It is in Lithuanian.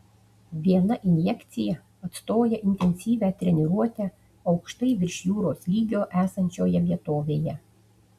viena injekcija atstoja intensyvią treniruotę aukštai virš jūros lygio esančioje vietovėje